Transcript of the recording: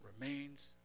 remains